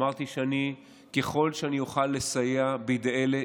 אמרתי שככל שאני אוכל לסייע בידי אלה